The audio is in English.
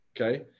Okay